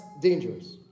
dangerous